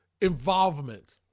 involvement